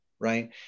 right